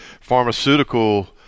pharmaceutical